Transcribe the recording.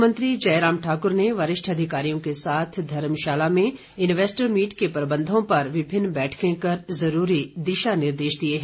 मुख्यमंत्री जयराम ठाकुर ने वरिष्ठ अधिकारियों के साथ धर्मशाला में इन्वेस्टर मीट के प्रबंधों पर विभिन्न बैठकें कर जरूरी दिशा निर्देश दिए हैं